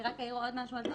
אני רק אעיר עוד משהו על זה.